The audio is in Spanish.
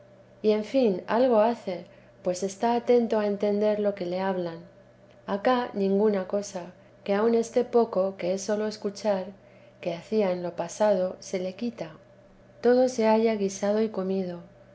y en fin algo hace pues está aiento a entender lo que le hablan acá ninguna cosa que aun este poco que es sólo escuchar que hacía en lo pasado se le quita todo lo halla guisado y comido